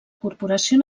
corporació